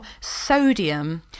sodium